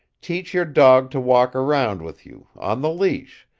teach your dog to walk around with you, on the leash,